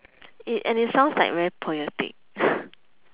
it and it sounds like very poetic